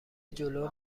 جلو